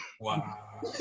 Wow